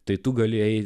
tai tu galėjai